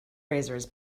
razors